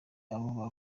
abo